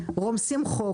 רומסים חוק.